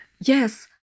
Yes